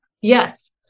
Yes